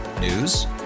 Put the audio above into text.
News